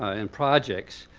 and projects.